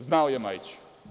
Znao je Majić.